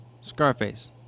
Scarface